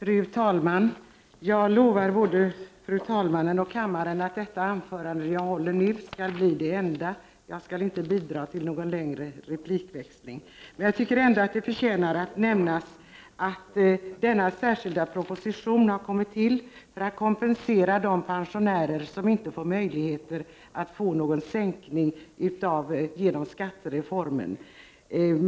Fru talman! Jag lovar både fru talmannen och kammaren att detta anförande som jag nu håller skall bli det enda. Jag skall inte bidra till någon längre replikväxling. Jag tycker ändå att det förtjänar att nämnas att den här särskilda propositionen har kommit till för att kompensera de pensionärer som inte får någon skattesänkning genom skattereformen.